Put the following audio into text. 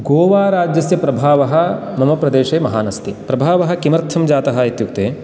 गोवा राज्यस्य प्रभावः मम प्रदेशे महान् अस्ति प्रभावः किमर्थं जातः इत्युक्ते